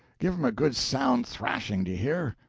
give him a good, sound thrashing, do you hear?